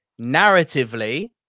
narratively